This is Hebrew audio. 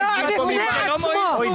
--- זה הרוע בפני עצמו.